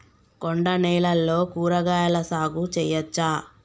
కొండ నేలల్లో కూరగాయల సాగు చేయచ్చా?